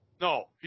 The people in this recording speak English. No